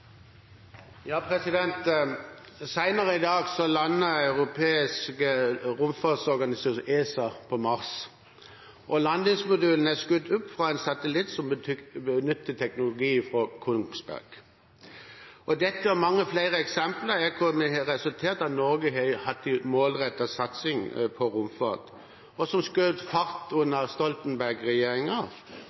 i dag lander Den europeiske romfartsorganisasjon, ESA, på Mars, og landingsmodulen er skutt opp fra en satellitt som benytter teknologi fra Kongsberg. Dette eksemplet og mange flere har resultert i at Norge har hatt en målrettet satsing på romfart, og som skjøt fart under